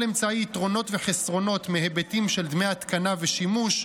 ולכל אמצעי יתרונות וחסרונות בהיבטים של דמי התקנה ושימוש,